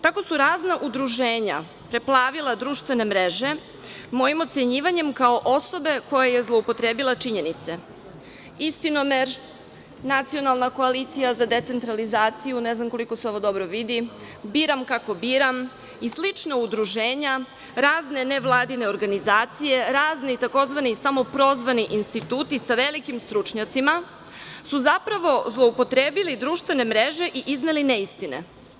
Tako su razna udruženja preplavila društvene mreže mojim ocenjivanjem kao osobe koja je zloupotrebila činjenice, Istinomer, Nacionalna koalicija za decentralizaciju, ne znam koliko se ovo dobro vidi, „Biram kako biram“ i slična udruženja, razne nevladine organizacije, razni i takozvani i samo prozvani instituti sa velikim stručnjacima, su zapravo, zloupotrebili društvene mreže i izneli neistine.